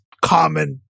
common